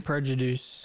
Prejudice